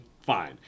fine